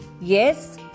Yes